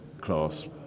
class